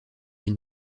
une